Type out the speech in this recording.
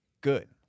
good